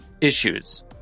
issues